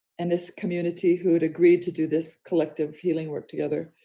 and this community who had agreed to do this collective healing work together.